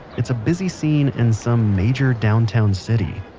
it's a busy scene in some major downtown city,